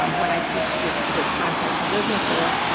um when i teach this this content to businesses,